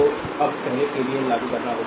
तो अब पहले केवीएल लागू करना होगा